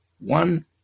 one